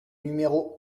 numéro